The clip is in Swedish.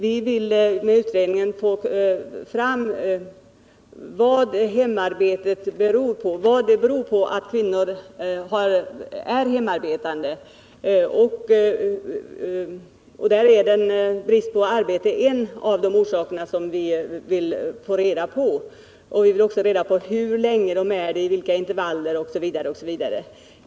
Vi vill med vår utredning få fram vad som är orsakerna till att kvinnor är hemarbetande, om det t.ex. är brist på arbete. Andra faktorer att studera är hur länge de är arbetslösa, i vilka intervaller osv.